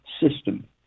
system